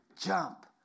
jump